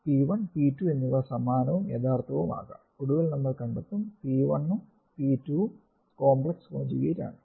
p 1 p 2 എന്നിവ സമാനവും യഥാർത്ഥവും ആകാം ഒടുവിൽ നമ്മൾ കണ്ടെത്തും p 1 ഉം 2 ഉം കോംപ്ലക്സ് കോഞ്ചുഗേറ്റ് ആണ്